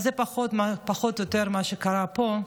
זה פחות או יותר מה שקורה פה.